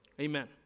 Amen